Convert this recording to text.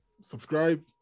Subscribe